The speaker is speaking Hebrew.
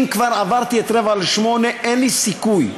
אם כבר עברתי את 07:45 אין לי סיכוי.